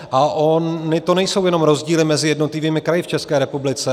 A ony to nejsou jenom rozdíly mezi jednotlivými kraji v České republice.